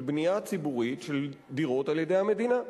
של בנייה ציבורית של דירות על-ידי המדינה.